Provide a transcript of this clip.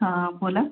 हा बोला